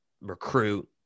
recruit